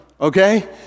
okay